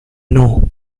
know